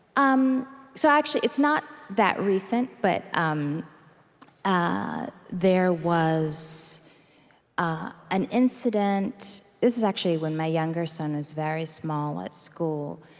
um so actually, it's not that recent, but um ah there was ah an incident this is actually when my younger son was very small, at school,